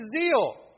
zeal